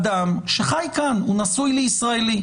אדם שחי כאן - הוא נשוי לישראלי,